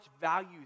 value